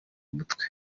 mutwe